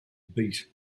beat